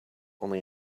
only